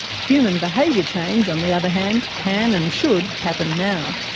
human behaviour change, on the other hand, can and should happen now.